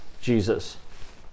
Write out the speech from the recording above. Jesus